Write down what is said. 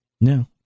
No